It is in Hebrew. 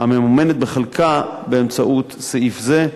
הממומנת בחלקה באמצעות סעיף זה,